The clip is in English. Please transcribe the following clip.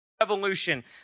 Revolution